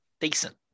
decent